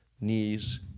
knees